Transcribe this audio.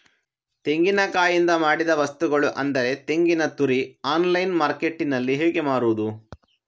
ತೆಂಗಿನಕಾಯಿಯಿಂದ ಮಾಡಿದ ವಸ್ತುಗಳು ಅಂದರೆ ತೆಂಗಿನತುರಿ ಆನ್ಲೈನ್ ಮಾರ್ಕೆಟ್ಟಿನಲ್ಲಿ ಹೇಗೆ ಮಾರುದು?